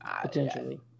Potentially